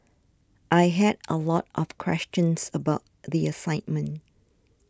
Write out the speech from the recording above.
I had a lot of questions about the assignment